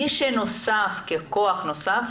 מי שנוסף ככוח נוסף,